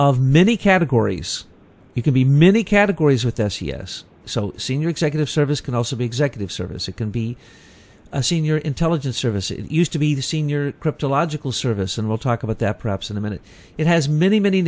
of many categories you can be many categories with s e s so senior executive service can also be executive service it can be a senior intelligence service it used to be the senior crypto logical service and we'll talk about that perhaps in a minute it has many many